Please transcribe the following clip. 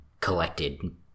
collected